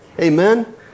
Amen